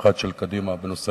האחת של קדימה בנושא